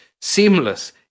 seamless